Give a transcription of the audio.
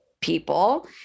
people